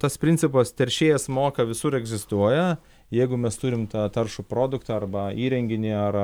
tas principas teršėjas moka visur egzistuoja jeigu mes turim tą taršų produktą arba įrenginį ar